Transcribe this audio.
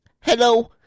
Hello